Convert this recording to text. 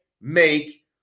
make